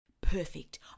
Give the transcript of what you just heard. Perfect